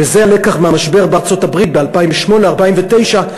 וזה הלקח מהמשבר בארצות-הברית ב-2008 2009,